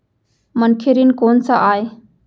मनखे ऋण कोन स आय?